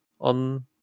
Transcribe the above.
on